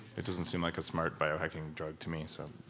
it doesn't seem like a smart bio-hacking drug to me, so.